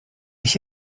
ich